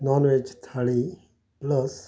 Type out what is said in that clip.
non veg thali plus